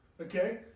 Okay